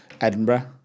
Edinburgh